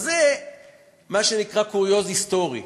אז זה מה שנקרא קוריוז היסטורי.